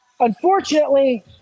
Unfortunately